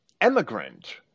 emigrant